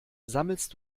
sammelst